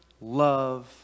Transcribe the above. love